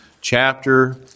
Chapter